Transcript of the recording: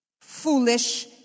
Foolish